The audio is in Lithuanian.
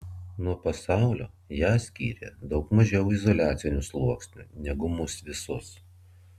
nuo pasaulio ją skyrė daug mažiau izoliacinių sluoksnių negu mus visus